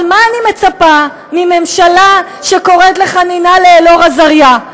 אבל מה אני מצפה מממשלה שקוראת לחנינה לאלאור אזריה?